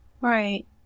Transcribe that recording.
Right